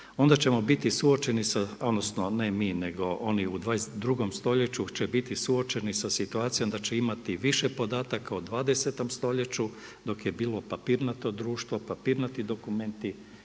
onda ćemo biti suočeni sa, odnosno ne mi nego oni u 22. stoljeću će biti suočeni sa situacijom da će imati više podataka o 20. stoljeću dok je bilo papirnato društvo, papirnati dokumenti